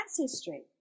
ancestry